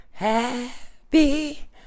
Happy